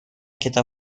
کتاب